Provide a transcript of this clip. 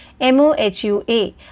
MOHUA